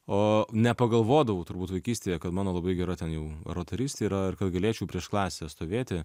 o nepagalvodavau turbūt vaikystėje kad mano labai gera ten jau oratorystė yra ir kad galėčiau prieš klasę stovėti